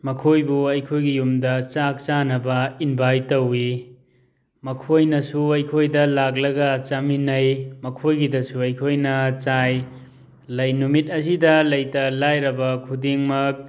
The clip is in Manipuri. ꯃꯈꯣꯏꯕꯨ ꯑꯩꯈꯣꯏꯒꯤ ꯌꯨꯝꯗ ꯆꯥꯛ ꯆꯥꯅꯕ ꯏꯟꯚꯥꯏꯠ ꯇꯧꯏ ꯃꯈꯣꯏꯅꯁꯨ ꯑꯩꯈꯣꯏꯗ ꯂꯥꯛꯂꯒ ꯆꯥꯃꯤꯟꯅꯩ ꯃꯈꯣꯏꯒꯤꯗꯁꯨ ꯑꯩꯈꯣꯏꯅ ꯆꯥꯏ ꯂꯩ ꯅꯨꯃꯤꯠ ꯑꯁꯤꯗ ꯂꯩꯇ ꯂꯥꯏꯔꯕ ꯈꯨꯗꯤꯡꯃꯛ